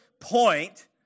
point